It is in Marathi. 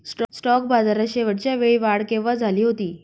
स्टॉक बाजारात शेवटच्या वेळी वाढ केव्हा झाली होती?